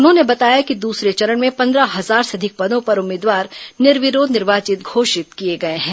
उन्होंने बताया कि दूसरे चरण में पंद्रह हजार से अधिक पदों पर उम्मीदवार निर्विरोध निर्वाचित घोषित किए गए हैं